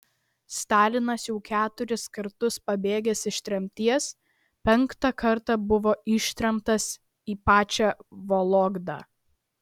stalinas jau keturis kartus pabėgęs iš tremties penktą kartą buvo ištremtas į pačią vologdą